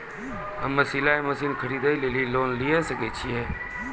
हम्मे सिलाई मसीन खरीदे लेली लोन लिये सकय छियै?